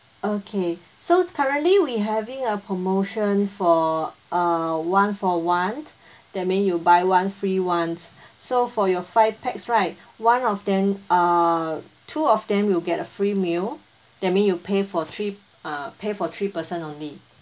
okay so currently we having a promotion for err one for one that mean you buy one free one so for your five pax right one of them uh two of them will get a free meal that mean you pay for three uh pay for three person only